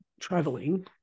traveling